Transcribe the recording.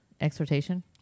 exhortation